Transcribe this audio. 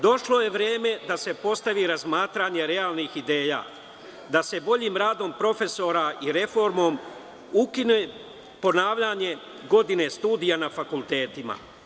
Došlo je vreme da se postavi razmatranje realnih ideja, da se boljim radom profesora i reformom ukine ponavljanje godine studija na fakultetima.